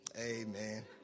Amen